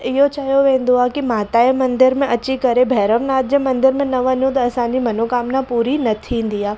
इहो चयो वेंदो आहे की माता जे मंदर में अची करे भैरव नाथ जे मंदर में न वञूं त असांजी मनोकामना पूरी न थींदी आहे